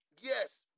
yes